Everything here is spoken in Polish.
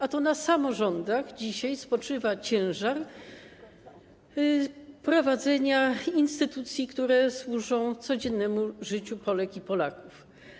A to na samorządach dzisiaj spoczywa ciężar prowadzenia instytucji, które służą codziennemu życiu Polek i Polaków.